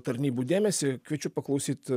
tarnybų dėmesį kviečiu paklausyti